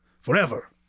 Forever